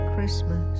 Christmas